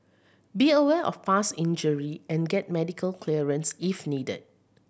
be aware of past injury and get medical clearance if needed